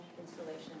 installation